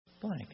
blank